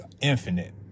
infinite